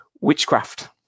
witchcraft